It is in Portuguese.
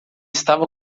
estava